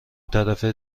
طرفه